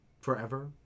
forever